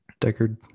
Deckard